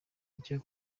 icyo